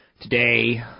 Today